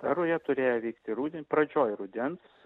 ta ruja turėjo vykti ruden pradžioj rudens